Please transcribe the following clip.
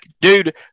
Dude